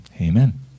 Amen